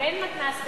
ואין מתנ"ס,